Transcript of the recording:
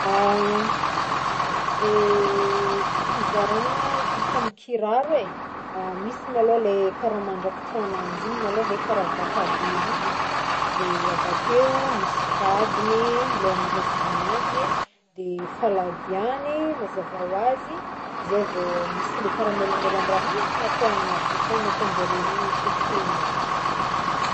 Fizaragna hita amin'ny kiraro e, misy malôha lay karaha mandrakotro agnanjy igny malôha e karaha vatabeny igny i, de avakeo misy tadiny le hamihezagna agnanjy, de faladiany mazava ho azy i, zay vao misy lay karaha mailamailan-draha hely igny atao agnatiny akany ataon-jare hoe faux semelle.